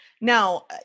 Now